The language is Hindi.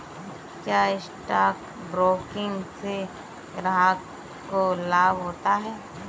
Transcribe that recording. क्या स्टॉक ब्रोकिंग से ग्राहक को लाभ होता है?